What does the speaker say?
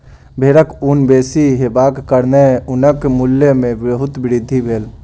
भेड़क ऊन बेसी हेबाक कारणेँ ऊनक मूल्य में बहुत वृद्धि भेल